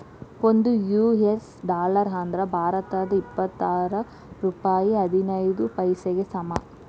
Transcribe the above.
ಒಂದ್ US dollar ಅಂದ್ರ ಭಾರತದ್ ಎಪ್ಪತ್ತಾರ ರೂಪಾಯ್ ಹದಿನೈದ್ ಪೈಸೆಗೆ ಸಮ